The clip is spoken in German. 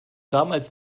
damals